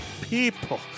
people